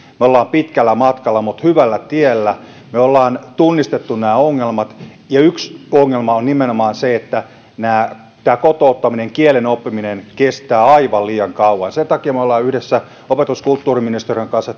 me olemme pitkällä matkalla mutta hyvällä tiellä me olemme tunnistaneet nämä ongelmat ja yksi ongelma on nimenomaan se että tämä kotouttaminen kielen oppiminen kestää aivan liian kauan sen takia me olemme yhdessä opetus ja kulttuuriministeriön kanssa